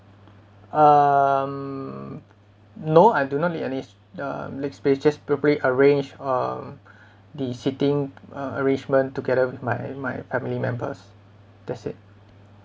um no I do not need any um leg space just properly arrange um the seating uh arrangement together with my my family members that's it